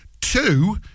Two